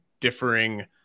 differing